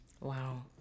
Wow